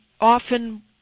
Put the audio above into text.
often